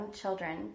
children